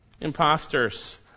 Imposters